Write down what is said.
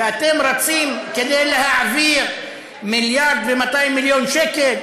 ואתם רצים כדי להעביר 1.2 מיליארד שקל,